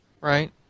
Right